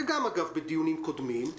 ואגב גם בדיונים קודמים,